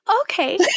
okay